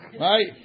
Right